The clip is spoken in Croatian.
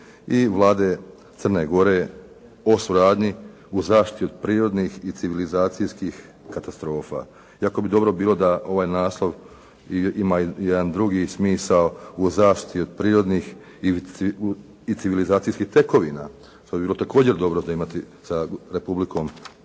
i Vlade Crne Gore o suradnji u zaštiti od prirodnih i civilizacijskih katastrofa. Iako bi bilo dobro da ovaj naslov ima jedan drugi smisao u zaštiti od prirodnih i civilizacijskih tekovina. To bi bilo također dobro imati sa Republikom